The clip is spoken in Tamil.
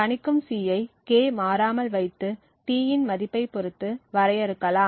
கணிக்கும் C யை K மாறாமல் வைத்து t இன் மதிப்பைப் பொறுத்து வரையறுக்கலாம்